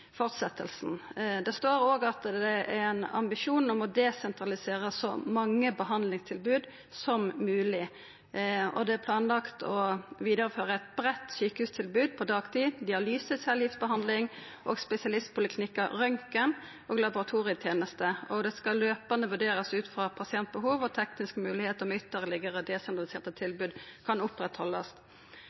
Det står òg at det er ein ambisjon om å «desentralisere så mange behandlingstilbud som mulig. Det er derfor planlagt videreført et bredt sykehustilbud på dagtid; dialyse, cellegiftbehandling og spesialistpoliklinikker, røntgen og laboratorietjenester. Det vil løpende vurderes ut fra pasientbehov og tekniske muligheter om ytterligere desentraliserte tilbud kan